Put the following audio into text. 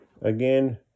Again